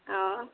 अँ